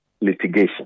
litigation